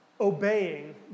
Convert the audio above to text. Obeying